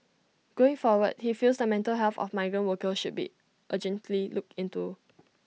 going forward he feels the mental health of migrant workers should be urgently looked into